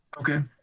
Okay